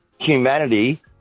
humanity